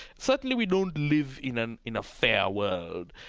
certainly we don't live in and in a fair world.